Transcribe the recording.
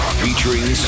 featuring